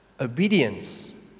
obedience